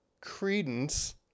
credence